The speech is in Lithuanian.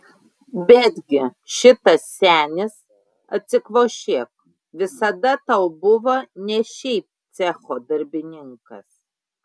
betgi šitas senis atsikvošėk visada tau buvo ne šiaip cecho darbininkas